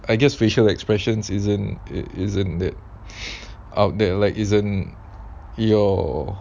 I guess facial expressions isn't it isn't that out that like isn't your